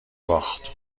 باخت